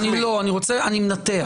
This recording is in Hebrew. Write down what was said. אני מנתח.